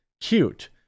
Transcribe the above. cute